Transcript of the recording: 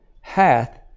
hath